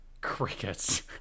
crickets